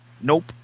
Nope